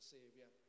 Savior